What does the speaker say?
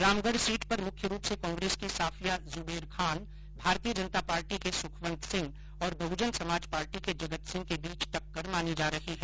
Ramgarh seat पर मुख्य रूप से कांग्रेस की साफिया जुबेर खान भारतीय जनता पार्टी के सुखवन्त सिंह और बहजन समाज पार्टी के जगतसिंह के बीच टक्कर मानी जा रही है